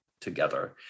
together